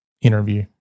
interview